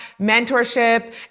mentorship